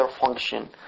function